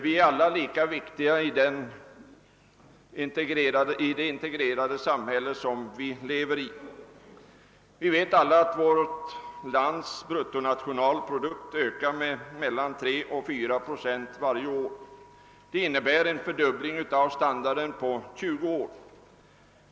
Vi är alla lika viktiga i det integrerade samhälle som vi lever i. Vårt lands bruttonationalprodukt ökar varje år med 3—4 procent. Det innebär en fördubbling av standarden på 20 år.